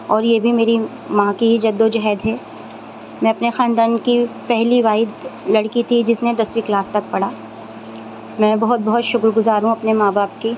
اور یہ بھی میری ماں کی ہی جد و جہد ہے میں اپنے خاندان کی پہلی واحد لڑکی تھی جس نے دسویں کلاس تک پڑھا میں بہت بہت شکرگزار ہوں اپنے ماں باپ کی